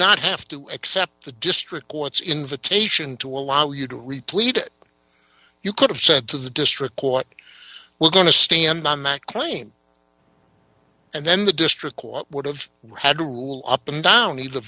not have to accept the district court's invitation to allow you to really plead you could have said to the district court we're going to stand on that claim and then the district court would have had to rule up and down the